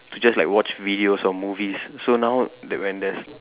to just like watch videos or movies so now that when there's